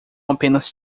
apenas